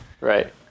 Right